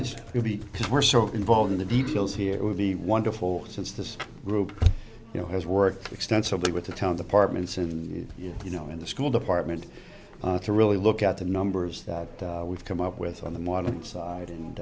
it's because we're so involved in the details here it would be wonderful since this group you know has worked extensively with the town the partment in the you know in the school department to really look at the numbers that we've come up with on the modeling side and